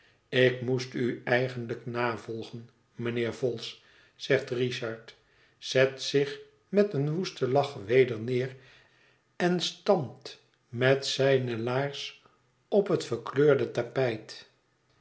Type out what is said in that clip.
ik moest u eigenlijk navolgen mijnheer vholes zegt richard zet zich met een woesten lach weder neer en stampt met zijne laars op het verkleurde tapijt